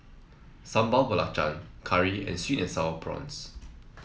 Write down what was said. Sambal Belacan curry and sweet and sour prawns